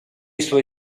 suoi